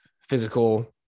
physical